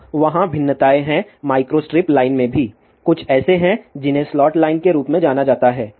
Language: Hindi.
अब वहाँ भिन्नताएं हैं माइक्रोस्ट्रिप लाइन में भी हैं कुछ ऐसे हैं जिन्हें स्लॉट लाइन के रूप में जाना जाता है